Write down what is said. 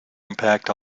impact